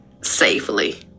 safely